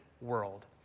world